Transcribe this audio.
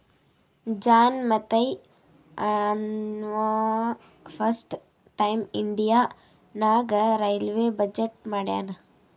John Mathai ಅಂನವಾ first time India ನಾಗ್ railway budget ಮಾಡ್ಯಾನ್